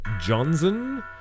Johnson